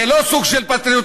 זה לא סוג של פטריוטיזם,